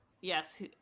Yes